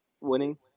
winning